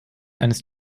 eines